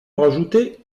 rajouter